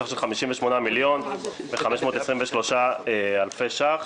בסך של 58,523 אלפי ש"ח